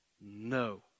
no